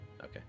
Okay